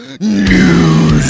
News